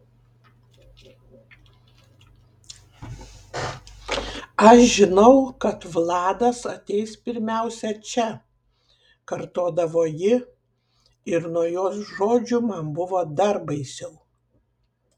aš žinau kad vladas ateis pirmiausia čia kartodavo ji ir nuo jos žodžių man buvo dar baisiau